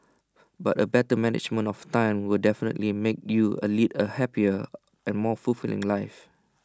but A better management of time will definitely make you A lead A happier and more fulfilling life